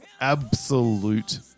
absolute